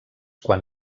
quan